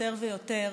יותר ויותר,